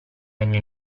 regno